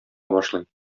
башлый